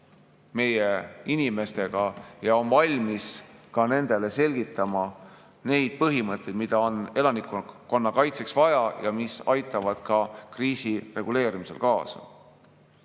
meie inimestega ja on valmis ka nendele selgitama neid põhimõtteid, mida on elanikkonnakaitseks vaja ja mis aitavad ka kriisi reguleerimisele kaasa.